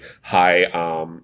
high